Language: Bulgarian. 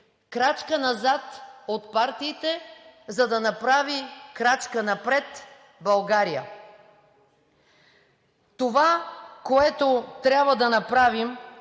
Крачка назад от партиите, за да направи крачка напред България. Това, което трябва да направим,